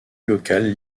locale